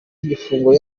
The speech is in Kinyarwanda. igifungo